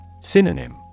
Synonym